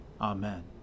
Amen